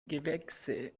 gewächse